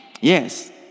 Yes